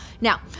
Now